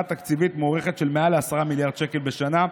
תקציבית מוערכת של מעל 10 מיליארד שקלים בשנה.